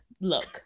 look